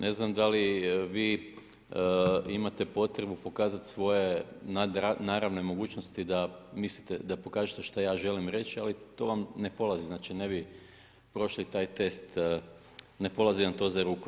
Ne znam da li vi imate potrebu pokazati svoje nadnaravne mogućnosti da mislite, da pokažete što ja želim reći ali to vam ne polazi, znači ne bi prošli taj test, ne polazi vam to za rukom.